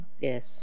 Yes